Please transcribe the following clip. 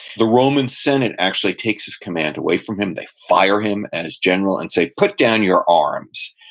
the roman senate actually takes his command away from him, they fire him as general and say, put down your arms.